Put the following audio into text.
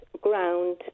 ground